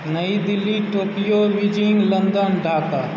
New Delhi Tokyo Beijing London Dhaka